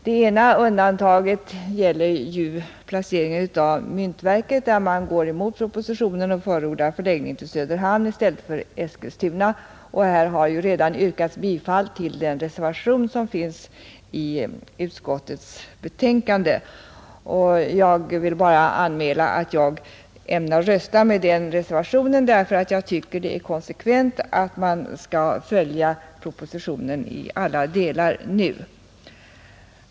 Det ena undantaget gäller placeringen av myntverket, där man går emot propositionen och förordar förläggning till Söderhamn i stället för Eskilstuna. Här har ju redan yrkats bifall till den reservation som finns i utskottets betänkande. Jag vill bara anmäla att jag ämnar rösta med den reservationen, därför att jag tycker det är konsekvent att man nu följer propositionen i alla delar.